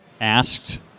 asked